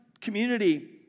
community